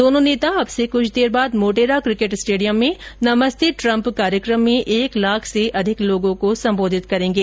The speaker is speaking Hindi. दोनो नेता अब से कुछ देर बाद मोटेरा किकेंट स्टेडियम में नमस्ते ट्रम्प कार्यक्रम में एक लाख से अधिक लोगों को संबोधित करेंगे